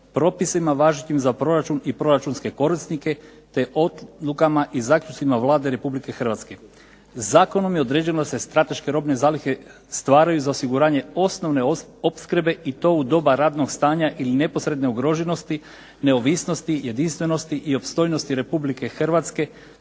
propisima važećim za proračun i proračunske korisnike, te odlukama i zaključcima Vlada Republike Hrvatske. Zakonom je određeno da se strateške robne zalihe za osiguranje osnovne opskrbe i to u doba ratnog stanja ili neposredne ugroženosti, neovisnosti, jedinstvenosti i opstojnosti Republike Hrvatske,